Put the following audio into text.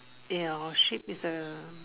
ya sheep is A